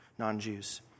non-Jews